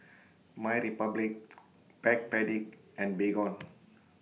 MyRepublic Backpedic and Baygon